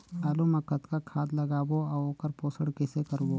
आलू मा कतना खाद लगाबो अउ ओकर पोषण कइसे करबो?